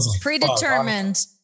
predetermined